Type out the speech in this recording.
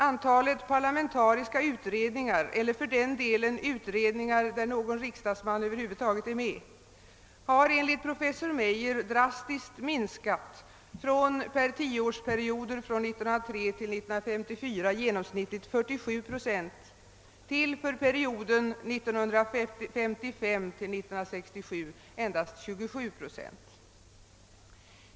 Antalet parlamentariska utredningar — eller utredningar där någon riksdagsman är med — har enligt professor Meijer drastiskt minskat från genomsnittligt 47 procent för tioårsperioder under tiden 1903 till 1954" till endast 27 procent för perioden 1955 —1967.